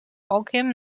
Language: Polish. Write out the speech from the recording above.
okiem